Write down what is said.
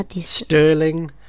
Sterling